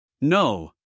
No